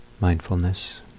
mindfulness